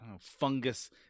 fungus